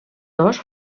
dos